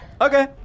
Okay